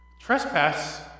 Trespass